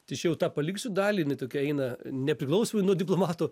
tai čia jau tą paliksiu dalį jinai tokia eina nepriklausomai nuo diplomato